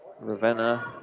Ravenna